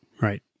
right